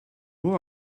who